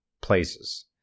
places